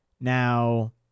Now